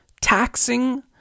taxing